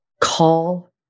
call